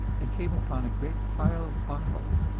and came upon a great pile of bottles,